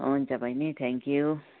हुन्छ बैनी थ्याङ्क्यु